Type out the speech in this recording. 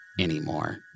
anymore